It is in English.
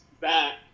back